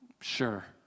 sure